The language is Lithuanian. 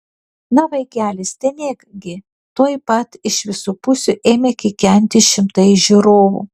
na vaikeli stenėk gi tuoj pat iš visų pusių ėmė kikenti šimtai žiūrovų